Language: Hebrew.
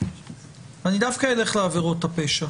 ואני דווקא אלך לעבירות הפשע,